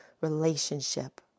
relationship